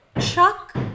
Chuck